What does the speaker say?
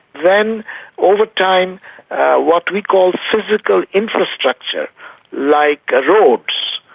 then over time what we call physical infrastructure like roads,